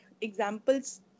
examples